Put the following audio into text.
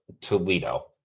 Toledo